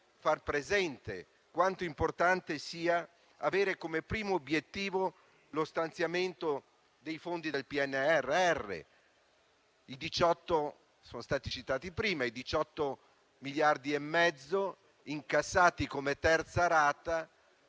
far presente quanto importante sia avere come primo obiettivo lo stanziamento dei fondi del PNRR? Sono stati citati prima i 18 miliardi e mezzo incassati come terza rata.